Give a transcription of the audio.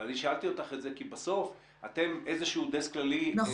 אבל אני שאלתי אותך את זה כי בסוף אתם איזשהו דסק כללי שאליו זה מתכנס.